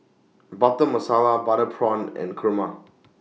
Butter Masala Butter Prawn and Kurma